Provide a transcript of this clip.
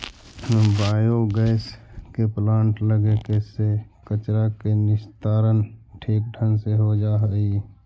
biogas के plant लगे से कचरा के निस्तारण ठीक ढंग से हो जा हई